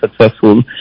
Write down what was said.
successful